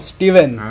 Steven